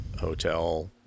hotel